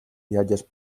viatges